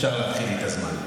אפשר להתחיל לי את הזמן.